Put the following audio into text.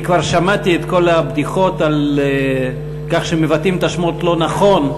אני כבר שמעתי את כל הבדיחות על כך שמבטאים את השמות לא נכון,